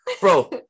Bro